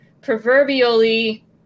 proverbially